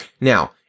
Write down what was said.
Now